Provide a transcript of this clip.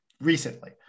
recently